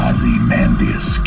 Ozymandias